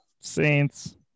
Saints